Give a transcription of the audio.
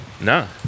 No